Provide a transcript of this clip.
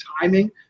timing